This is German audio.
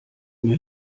mir